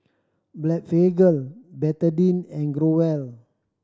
Blephagel Betadine and Growell